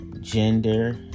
gender